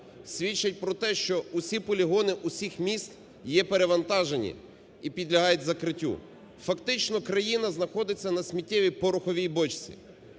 свідчать про те, що усі полігони усіх міст є перевантажені і підлягають закриттю. Фактично країна знаходиться на сміттєвій пороховій бочці.